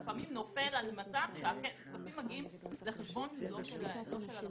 לפעמים זה נופל על מצב שהכספים מגיעים לחשבון לא של הלקוח.